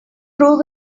prove